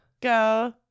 Go